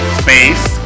space